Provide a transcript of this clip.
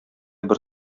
бер